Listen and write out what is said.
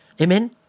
amen